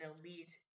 elite